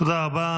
תודה רבה.